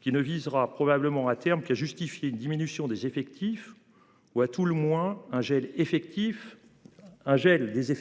qui ne visera probablement à terme qui a justifié une diminution des effectifs ou à tout le moins un gel effectif. Un gel des